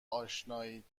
آشنایید